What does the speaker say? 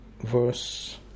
verse